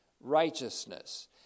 righteousness